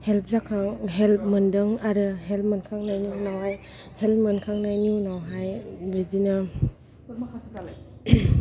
help जाखां help मोनदों आरो हेल्प मोनखांनानै उनावहाय हेल्प मोनखांनायनि उनावहाय बिदिनो